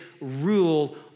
rule